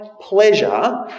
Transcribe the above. pleasure